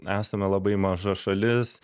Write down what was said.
esame labai maža šalis